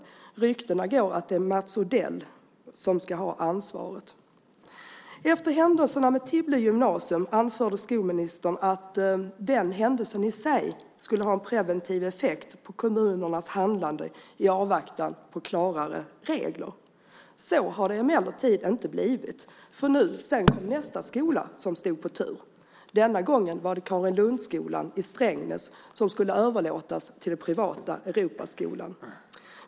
Det går också rykten om att det är Mats Odell som ska ha ansvaret. Efter händelsen med Tibble gymnasium anförde skolministern att den händelsen i sig skulle ha preventiv effekt på kommunernas handlande i avvaktan på klarare regler. Så har det emellertid inte blivit, för sedan stod nästa skola på tur. Denna gång var det Karinlundsskolan i Strängnäs som skulle överlåtas till privata Europaskolan.